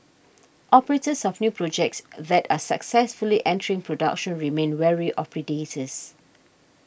operators of new projects that are successfully entering production remain wary of predators